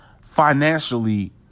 financially